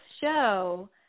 show